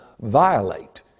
violate